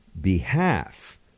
behalf